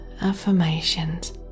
affirmations